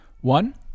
One